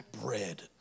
bread